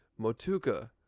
Motuka